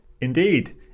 Indeed